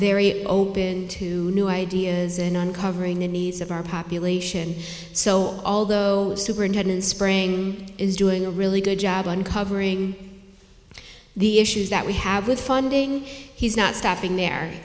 very open to new ideas in uncovering the needs of our population so although superintendent spring is doing a really good job uncovering the issues that we have with funding he's not stopping there